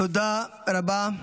תודה רבה.